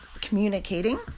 communicating